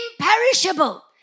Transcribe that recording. imperishable